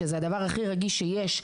שזה הדבר הכי רגיש שיש.